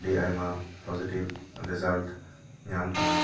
ᱟᱹᱰᱤ ᱟᱭᱢᱟ positive result ᱧᱟᱢ ᱟᱠᱟᱱᱟ